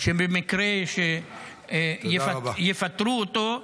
במקרה שיפטרו אותו,